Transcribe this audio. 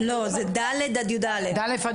לא, זה ד' עד יא'.